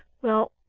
well,